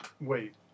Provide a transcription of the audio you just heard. wait